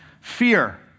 fear